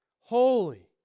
holy